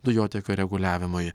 dujotiekio reguliavimui